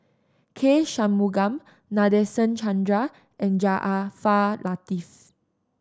K Shanmugam Nadasen Chandra and Jaafar Latiff